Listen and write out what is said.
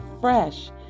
fresh